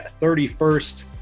31st